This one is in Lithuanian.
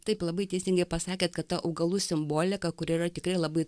taip labai teisingai pasakėt kad ta augalų simbolika kuri yra tikrai labai